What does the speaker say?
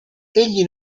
egli